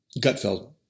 Gutfeld